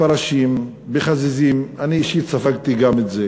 בפרשים, בחזיזים, אני אישית ספגתי גם את זה.